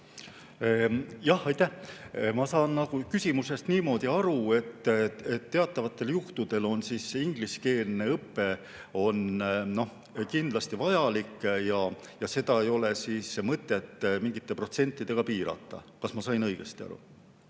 Jah, aitäh! Ma saan nagu küsimusest niimoodi aru, et teatavatel juhtudel on ingliskeelne õpe kindlasti vajalik ja seda ei ole mõtet mingite protsentidega piirata. Kas ma sain õigesti aru?